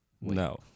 No